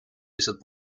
lihtsalt